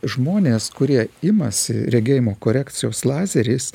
žmonės kurie imasi regėjimo korekcijos lazeris